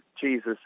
Jesus